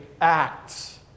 acts